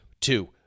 Two